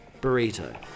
Burrito